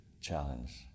challenge